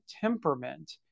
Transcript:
temperament